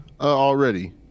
already